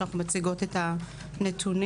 שאנחנו מציגות את הנתונים.